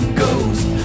ghost